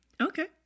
Okay